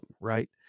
right